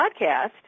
podcast